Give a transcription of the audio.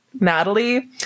Natalie